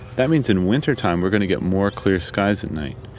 that means in wintertime we're going to get more clear skies at night.